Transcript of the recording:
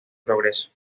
progreso